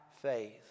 faith